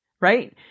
right